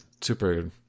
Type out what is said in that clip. super